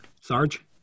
Sarge